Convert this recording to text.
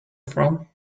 from